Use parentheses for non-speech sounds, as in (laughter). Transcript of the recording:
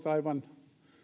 (unintelligible) aivan